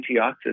antioxidants